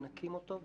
מנקים אותו.